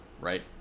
right